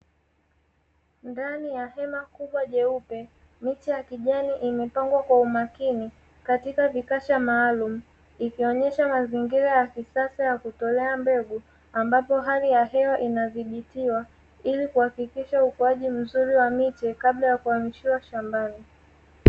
Ndani ya hema kubwa jeupe miche ya kijani imepangwa kwa umakini, katika vikasha maalumu ikionyesha mazingira ya kisasa ya kutolea mbegu, ambapo hali ya hewa inadhibitiwa ili kuhakikisha ukuaji mzuri wa miche, kabla ya kuhamishiwa shambani.